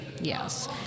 Yes